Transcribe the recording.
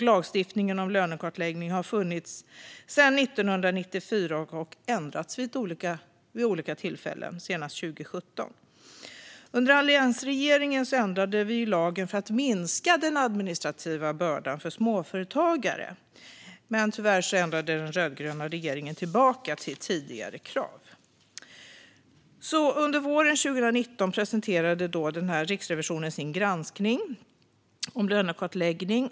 Lagstiftningen om lönekartläggning har funnits sedan 1994 och har ändrats vid olika tillfällen, senast 2017. Alliansregeringen ändrade lagen för att minska den administrativa bördan för småföretagare, men tyvärr ändrade den rödgröna regeringen tillbaka till tidigare krav. Under våren 2019 presenterade Riksrevisionen sin granskning av lönekartläggning.